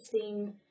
interesting